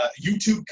YouTube